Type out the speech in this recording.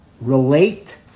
relate